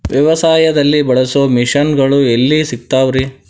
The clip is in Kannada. ವ್ಯವಸಾಯದಲ್ಲಿ ಬಳಸೋ ಮಿಷನ್ ಗಳು ಎಲ್ಲಿ ಸಿಗ್ತಾವ್ ರೇ?